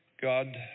God